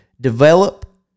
develop